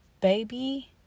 baby